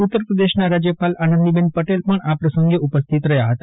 ઉત્તર પ્રદેશના રાજ્યપાલ આનંદીબેન પટેલ પણ આ પ્રસંગે ઉપસ્થિત રહ્યા હતા